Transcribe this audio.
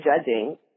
judging